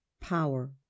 power